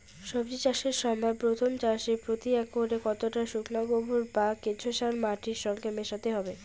সবজি চাষের সময় প্রথম চাষে প্রতি একরে কতটা শুকনো গোবর বা কেঁচো সার মাটির সঙ্গে মেশাতে হবে?